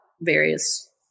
various